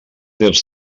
dels